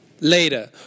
Later